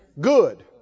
Good